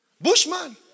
Bushman